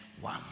one